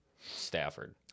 Stafford